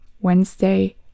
Wednesday